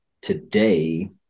today